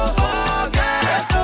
forget